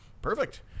Perfect